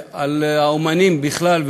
של האמנים בכלל,